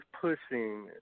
pushing –